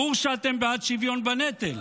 ברור שאתם בעד שוויון בנטל,